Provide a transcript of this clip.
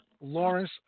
Lawrence